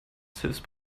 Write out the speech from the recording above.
fritz